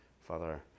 Father